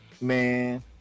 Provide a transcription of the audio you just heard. Man